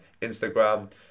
Instagram